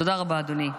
תודה רבה, אדוני.